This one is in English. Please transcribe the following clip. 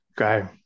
Okay